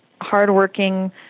hardworking